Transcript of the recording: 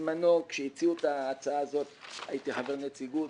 בזמנו כשהציעו את ההצעה הזאת הייתי חבר נציגות,